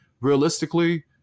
realistically